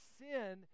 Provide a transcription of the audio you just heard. sin